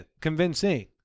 convincing